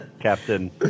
Captain